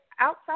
outside